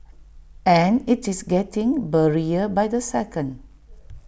and IT is getting blurrier by the second